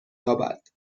یابد